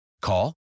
Call